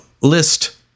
list